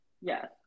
Yes